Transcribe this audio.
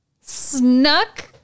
snuck